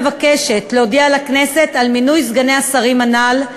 מבקשת הממשלה להודיע לכנסת על מינוי סגני השרים הנ"ל.